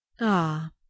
Ah